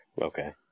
Okay